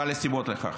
ועל הסיבות לכך.